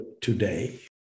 today